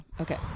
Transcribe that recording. Okay